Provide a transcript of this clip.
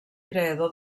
creador